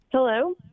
Hello